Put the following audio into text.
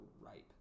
ripe